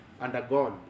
undergone